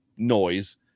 noise